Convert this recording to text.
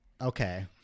okay